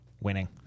Winning